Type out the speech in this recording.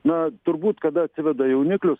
na turbūt kada atsiveda jauniklius